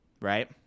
Right